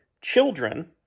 children